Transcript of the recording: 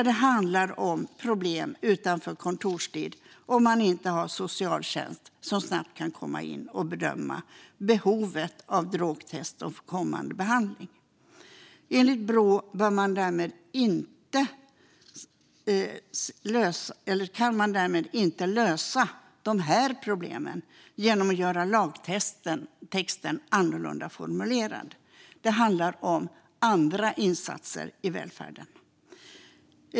Där handlar det om problem utanför kontorstid om man inte har socialtjänst som snabbt kan komma in och bedöma behovet av drogtest och kommande behandling. Enligt Brå kan man därmed inte lösa de här problemen genom att formulera lagtexten annorlunda. Det handlar om andra insatser i välfärden.